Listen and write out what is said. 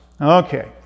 Okay